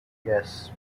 yes